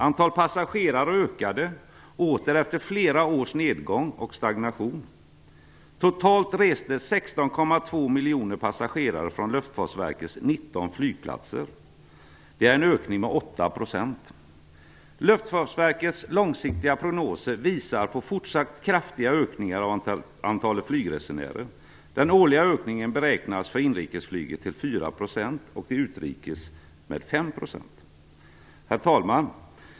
Antalet passagerare ökade åter efter flera års nedgång och stagnation. Luftfartsverkets långsiktiga prognoser visar på fortsatt kraftiga ökningar av antalet flygresenärer. Den årliga ökningen beräknas för inrikesflyget till 4 % och för utrikesflyget till 5 %. Herr talman!